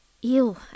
Ew